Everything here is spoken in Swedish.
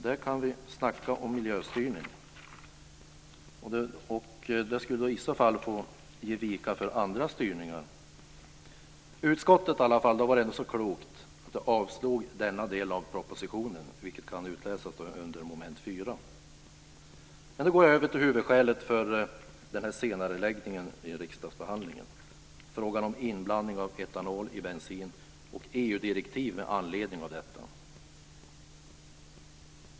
Där kan vi snacka om miljöstyrning! I vissa fall skulle detta också få ge vika för andra styrningar. Utskottet var ändå så klokt att det avslog denna del av propositionen. Detta kan utläsas under mom. 4. Då går jag över till huvudskälet för senareläggningen i riksdagsbehandlingen. Det gäller frågan om inblandning av etanol i bensin och EU-direktiv med anledning av detta.